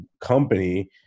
company